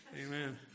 amen